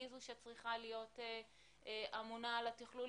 היא זו שצריכה להיות אמונה על התכלול?